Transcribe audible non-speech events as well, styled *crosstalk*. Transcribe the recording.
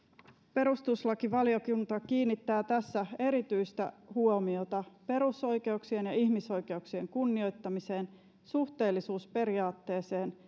perustuslakivaliokunta kiinnittää tässä erityistä huomiota perusoikeuksien ja ihmisoikeuksien kunnioittamiseen suhteellisuusperiaatteeseen *unintelligible*